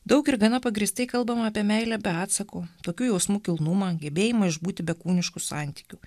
daug ir gana pagrįstai kalbama apie meilę be atsako tokių jausmų kilnumą gebėjimą išbūti be kūniškų santykių